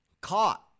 caught